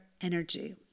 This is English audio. energy